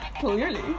clearly